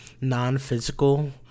non-physical